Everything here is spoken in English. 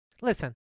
listen